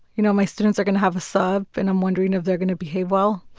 you know, my students are going to have a sub. and i'm wondering if they're going to behave well